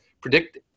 Predict